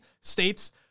states